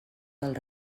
del